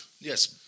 Yes